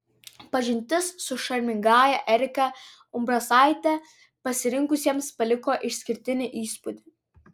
pažintis su šarmingąja erika umbrasaite susirinkusiems paliko išskirtinį įspūdį